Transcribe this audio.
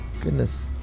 goodness